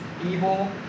evil